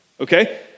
okay